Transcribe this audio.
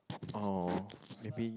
oh maybe